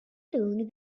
doing